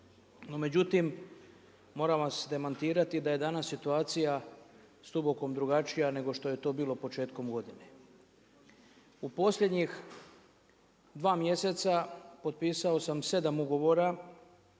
međutim, moram vas demantirati da je danas situacija s …/Govornik se ne razumije./… drugačija nego što je to bilo početkom godine. U posljednjih 2 mjeseca, potpisao sam 7 ugovora